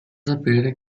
sapere